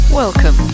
Welcome